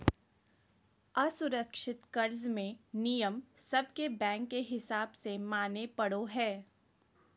असुरक्षित कर्ज मे नियम सब के बैंक के हिसाब से माने पड़ो हय